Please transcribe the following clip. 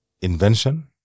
invention